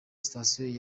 station